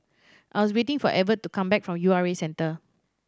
I am waiting for Evert to come back from U R A Centre